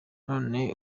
none